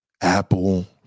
Apple